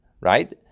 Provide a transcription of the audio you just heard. Right